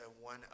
one